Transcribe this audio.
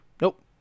nope